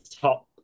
top